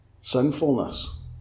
sinfulness